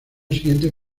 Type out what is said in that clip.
siguiente